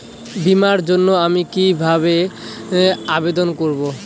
বিমার জন্য আমি কি কিভাবে আবেদন করব?